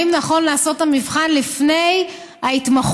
אם נכון לעשות את המבחן לפני ההתמחות.